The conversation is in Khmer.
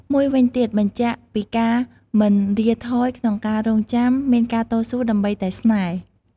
មួយវិញទៀត បញ្ជាក់ពីការមិនរៀថយក្នុងការរងចាំ មានការតស៊ូដើម្បីតែស្នេហ៍។